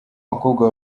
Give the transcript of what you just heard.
bakobwa